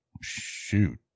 shoot